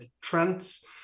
trends